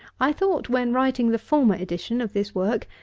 i thought, when writing the former edition of this work,